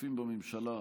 נוספים בממשלה,